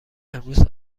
امروز